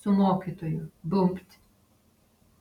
su mokytoju bumbt